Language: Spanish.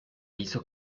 hizo